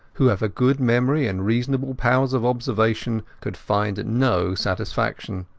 who have a good memory and reasonable powers of observation, could find no satisfaction.